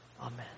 Amen